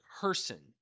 person